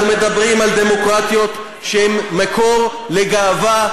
אנחנו מדברים על דמוקרטיות שהן מקור לגאווה,